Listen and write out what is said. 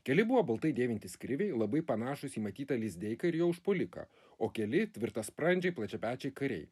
keli buvo baltai dėvintys kriviai labai panašūs į matytą lizdeiką ir jo užpuoliką o keli tvirtasprandžiai plačiapečiai kariai